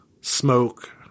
smoke